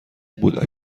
بود